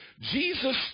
Jesus